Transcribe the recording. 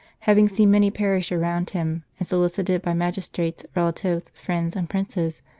having seen many perish around him, and solicited by magis trates, relatives, friends, and princes,